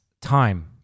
time